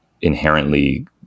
inherently